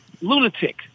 lunatic